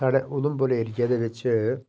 साढ़े उधमपुर एरिया दे बिच